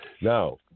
Now